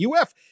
UF